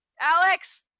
Alex